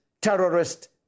terrorist